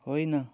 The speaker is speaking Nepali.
होइन